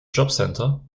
jobcenter